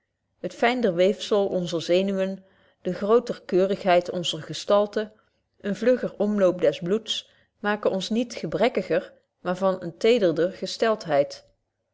het fynder weefzel onzer zenuwen de grooter keurigheid onzer gestalte een vlugger omloop des bloeds maken ons niet gebrekkiger maar van eene tederder